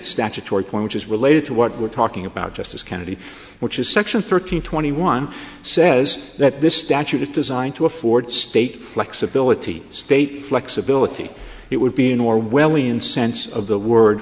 statutory point which is related to what we're talking about justice kennedy which is section thirteen twenty one says that this statute is designed to afford state flexibility state flexibility it would be an orwellian sense of the word